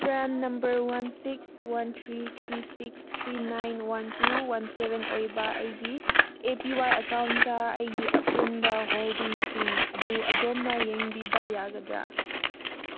PRAN number one six one three three six three nine one two one seven ꯑꯣꯏꯕ ꯑꯩꯒꯤ A P Y account ꯑꯩꯒꯤ ꯑꯄꯨꯟꯕ ꯍꯣꯜꯗꯤꯡꯁꯤꯡ ꯑꯗꯨ ꯑꯗꯣꯝꯅ ꯌꯦꯡꯕꯤꯕ ꯌꯥꯒꯗ꯭ꯔꯥ